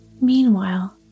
Meanwhile